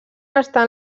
estar